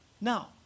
Now